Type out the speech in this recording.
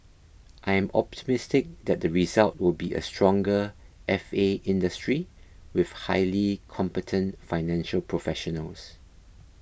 I am optimistic that the result will be a stronger F A industry with highly competent financial professionals